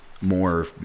more